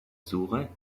suche